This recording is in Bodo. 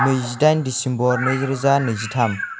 नैजिडाइन डिसेम्बर नैरोजा नैजिथाम